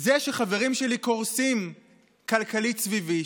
זה שחברים שלי קורסים כלכלית סביבי,